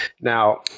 Now